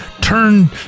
turn